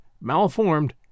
malformed